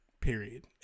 period